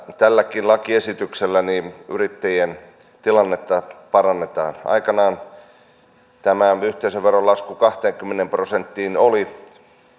tälläkin lakiesityksellä yrittäjien tilannetta parannetaan aikanaan yhteisöveron lasku kahteenkymmeneen prosenttiin oli